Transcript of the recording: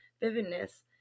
vividness